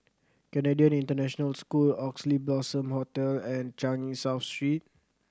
Canadian International School Oxley Blossom Hotel and Changi South Street